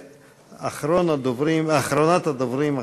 אחרונת הדוברים,